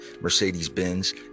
Mercedes-Benz